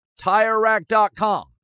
TireRack.com